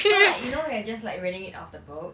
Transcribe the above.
so like you know we're just like reading it off the book